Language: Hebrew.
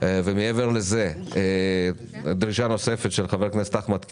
מעבר לזה, דרישה נוספת של חה"כ אחמד טיבי,